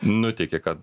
nuteikė kad